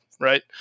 Right